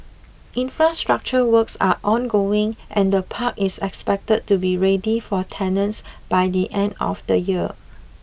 infrastructure works are ongoing and the park is expected to be ready for tenants by the end of the year